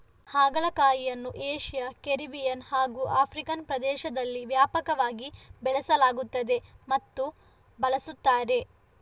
ಹಾಗಲಕಾಯಿಯನ್ನು Asia, Caribbean ಹಾಗೂ African ಪ್ರದೇಶದಲ್ಲಿ ವ್ಯಾಪಕವಾಗಿ ಬೆಳೆಸಲಾಗುತ್ತದೆ ಮತ್ತು ಬಳಸುತ್ತಾರೆ